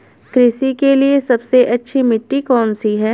कृषि के लिए सबसे अच्छी मिट्टी कौन सी है?